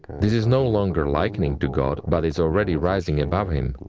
this is no longer likening to god, but it's already rising above him.